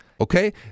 Okay